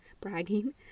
bragging